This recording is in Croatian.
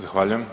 Zahvaljujem.